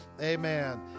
Amen